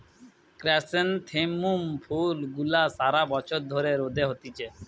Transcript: chrysanthemum ফুল গুলা সারা বছর ধরে রোদে হতিছে